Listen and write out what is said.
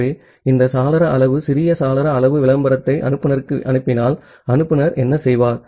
ஆகவே இந்த சாளர அளவு சிறிய சாளர அளவு விளம்பரத்தை அனுப்புநருக்கு அனுப்பினால் அனுப்புநர் என்ன செய்வார்